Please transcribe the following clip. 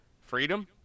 Freedom